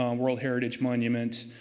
um world heritage monument.